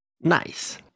Nice